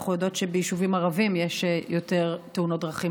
אנחנו גם יודעות שביישובים ערביים יש יותר תאונות דרכים,